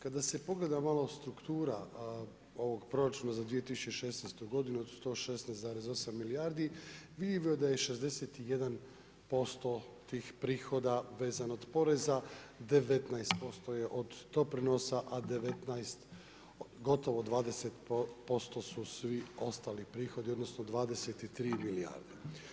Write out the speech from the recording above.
Kada se pogleda malo struktura ovog proračuna za 2016. godinu 116,8 milijardi … posto tih prihoda vezan od poreza 19% je od doprinosa, a 19, gotovo 20% su svi ostali prihodi, odnosno 23 milijarde.